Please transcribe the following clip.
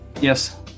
Yes